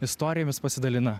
istorijomis pasidalina